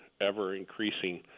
ever-increasing